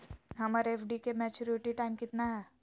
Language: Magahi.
हमर एफ.डी के मैच्यूरिटी टाइम कितना है?